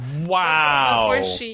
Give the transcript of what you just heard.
Wow